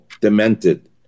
demented